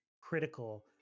critical